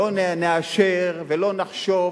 לא נאשר ולא נחשוב.